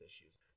issues